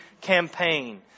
campaign